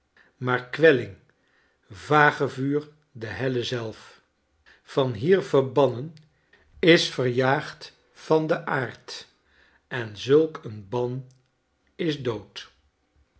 maar kwelling vagevimr de helle zelf yan hier verb ami en is verjaagd van de aard en zulk een ban is dood